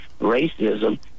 racism